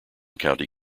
county